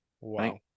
Wow